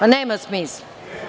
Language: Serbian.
Nema smisla.